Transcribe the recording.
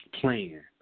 plan